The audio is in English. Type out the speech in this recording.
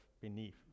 beneath